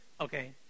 Okay